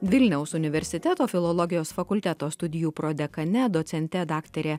vilniaus universiteto filologijos fakulteto studijų prodekane docente daktare